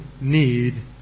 need